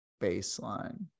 baseline